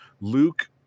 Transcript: Luke